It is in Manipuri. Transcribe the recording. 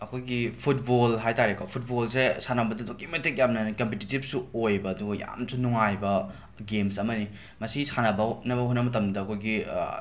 ꯑꯩꯈꯣꯏꯒꯤ ꯐꯨꯠꯕꯣꯜ ꯍꯥꯏ ꯇꯥꯔꯦꯀꯣ ꯐꯨꯠꯕꯣꯜꯁꯦ ꯁꯥꯟꯅꯕꯗ ꯑꯗꯨꯛꯀꯤ ꯃꯇꯤꯛ ꯌꯥꯝꯅ ꯀꯝꯄꯤꯇꯤꯇꯤꯞꯁꯨ ꯑꯣꯏꯕ ꯑꯗꯨ ꯌꯥꯝꯅꯁꯨ ꯅꯨꯡꯉꯥꯏꯕ ꯒꯦꯝꯁ ꯑꯃꯅꯤ ꯃꯁꯤ ꯁꯥꯟꯅꯅꯕ ꯍꯣꯠꯅꯕ ꯃꯇꯝꯗ ꯑꯩꯈꯣꯏꯒꯤ